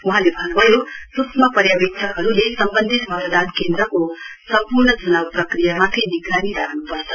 वहाँले भन्न्भयो सूक्ष्म पर्यावेक्षकहरूले सम्बन्धित मतदान केन्द्रको सम्पूर्ण च्नाउ प्रक्रियामाथि निगरानी राख्न् पर्छ